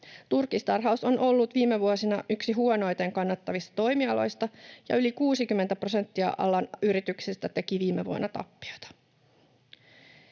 Turkistarhaus on ollut viime vuosina yksi huonoiten kannattavista toimialoista, ja yli 60 prosenttia alan yrityksistä teki viime vuonna tappiota.